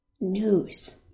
news